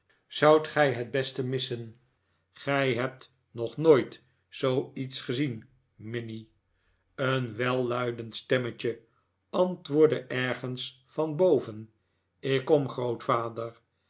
zoudt gij het beste missen gij hebt nog nooit zooiets gezien minnie een welluidend stemmetje antwoordde ergens van boven ik kom grootvader